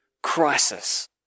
Crisis